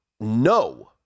no